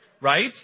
Right